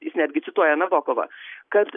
jis netgi cituoja nabokovą kad